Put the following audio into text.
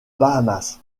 bahamas